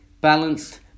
balanced